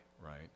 right